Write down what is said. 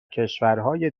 کشورهای